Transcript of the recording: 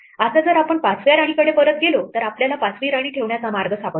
आता जर आपण पाचव्या राणीकडे परत गेलो तर आपल्याला 5वी राणी ठेवण्याचा मार्ग सापडतो